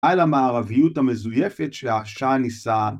‫על המערביות המזויפת ‫שהשאה ניסה.